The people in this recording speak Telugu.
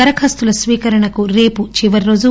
దరఖాస్తుల స్పీకరణకు రేపు చివరి రోజు